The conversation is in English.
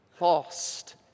lost